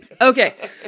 Okay